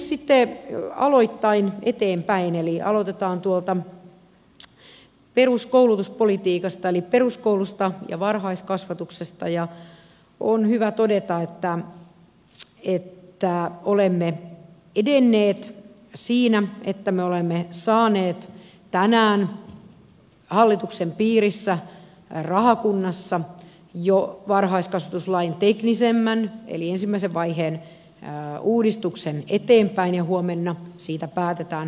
sitten aloittain eteenpäin eli aloitetaan tuolta peruskoulutuspolitiikasta eli peruskoulusta ja varhaiskasvatuksesta ja on hyvä todeta että olemme edenneet siinä että me olemme saaneet tänään hallituksen piirissä rahakunnassa jo varhaiskasvatuslain teknisemmän eli ensimmäisen vaiheen uudistuksen eteenpäin ja huomenna siitä päätetään valtioneuvostossa